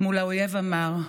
מול האויב המר.